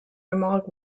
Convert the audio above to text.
remark